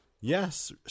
Yes